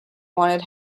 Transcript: wanted